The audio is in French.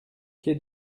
quai